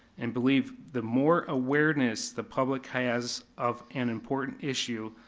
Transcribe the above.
and believe the more awareness the public has of an important issue,